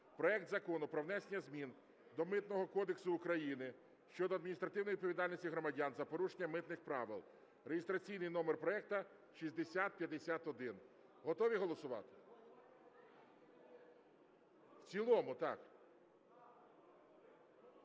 проект Закону про внесення змін до Митного кодексу України щодо адміністративної відповідальності громадян за порушення митних правил (реєстраційний номер проекту 6051). Готові голосувати? (Шум у